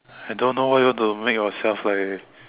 I don't know why you want to make yourself like